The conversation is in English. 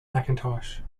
macintosh